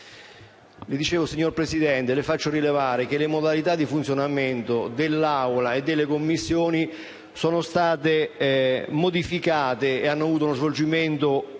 le modalità di funzionamento dell'Aula e delle Commissioni sono state modificate e i lavori hanno avuto uno svolgimento inusuale